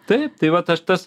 taip tai vat tas